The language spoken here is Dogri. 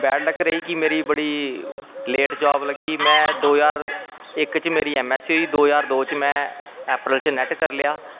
बैड़लक्क रेही कि मेरी बड़ी लेट जॉब लग्गी में दो ज्हार च मेरी ऐम ऐस सी होई दो ज्हार दो च में अप्रैल च नैट करी लेआ